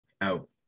Out